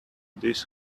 this